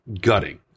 gutting